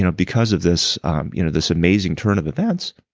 you know because of this you know this amazing turn of events,